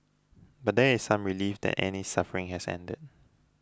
but there is some relief that Annie's suffering has ended